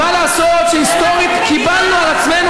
ומה לעשות שהיסטורית קיבלנו על עצמנו,